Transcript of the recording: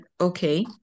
okay